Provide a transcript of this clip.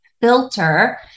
filter